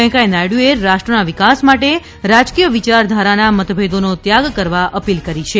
વૈકયા નાયડુએ રાષ્ટ્રના વિકાસ માટે રાજકીય વિયારધારાના મતભેદોનો ત્યાગ કરવા અપીલ કરી છે